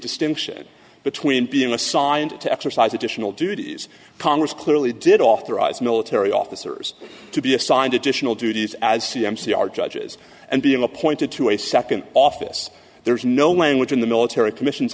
distinction between being assigned to exercise additional duties congress clearly did authorize military officers to be assigned additional duties as c m c are judges and being appointed to a second office there is no language in the military commissions